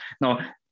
Now